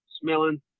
smelling